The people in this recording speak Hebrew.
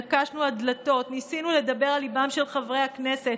נקשנו על הדלתות וניסינו לדבר על ליבם של חברי הכנסת.